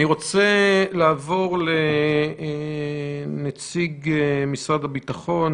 אני רוצה לעבור לנציג משרד הביטחון,